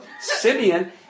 Simeon